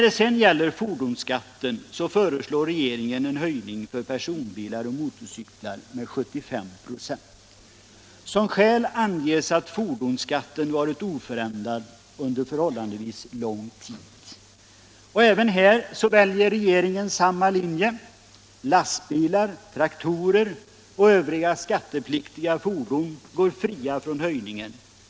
Beträffande fordonsskatten föreslår regeringen en höjning med 75 96 för personbilar och motorcyklar. Som skäl anges att fordonsskatten varit oförändrad under förhållandevis lång tid. Även här väljer regeringen samma linje. Lastbilar, traktorer och övriga skattepliktiga fordon går fria från höjningen.